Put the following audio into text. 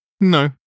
No